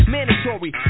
Mandatory